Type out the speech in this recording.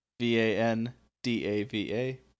V-A-N-D-A-V-A